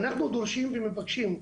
אנחנו דורשים ומבקשים,